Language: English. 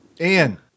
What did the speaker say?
Ian